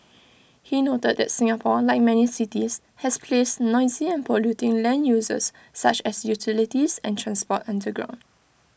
he noted that Singapore like many cities has placed noisy and polluting land uses such as utilities and transport underground